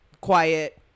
Quiet